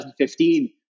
2015